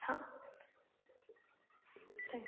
हां थँक्यू